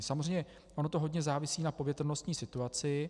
Samozřejmě ono to hodně závisí na povětrnostní situaci.